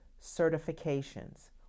certifications